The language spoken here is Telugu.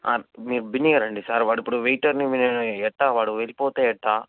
మీరు బిన్నేగా రండి సార్ వాడు ఇప్పుడు వెయిటర్ని వాడిప్పుడు వెళ్ళిపోతే ఎట్టా